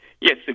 Yes